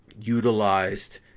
utilized